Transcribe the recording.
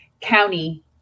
county